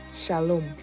Shalom